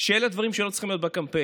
שאלה דברים שלא צריכים להיות בקמפיין.